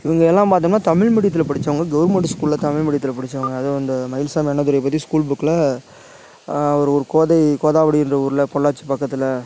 இவங்கெல்லாம் பார்த்தம்னா தமிழ் மீடியத்தில் படித்தவங்க கவர்மெண்ட் ஸ்கூலில் தமிழ் மீடியத்தில் படித்தவங்க அதுவும் அந்த மயில்சாமி அண்ணாதுரை பற்றி ஸ்கூல் புக்கில் ஒரு கோதை கோதாவரி என்ற ஊரில் பொள்ளாச்சி பக்கத்தில்